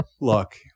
Look